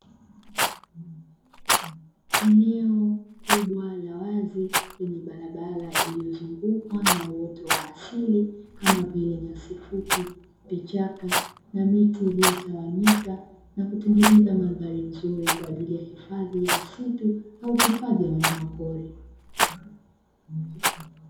Eneo kubwa la wazi lenye barabara iliyozungukwa na uoto wa asili kama vile: nyasi fupi, vichaka na miti iliyotawanyika na kutengeneza mandhari nzuri kwa ajili ya hifadhi ya misitu au hifadhi ya wanyamapori.